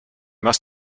must